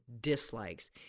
dislikes